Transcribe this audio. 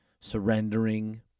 surrendering